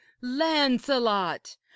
lancelot